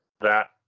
that-